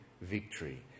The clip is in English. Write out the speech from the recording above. victory